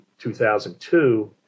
2002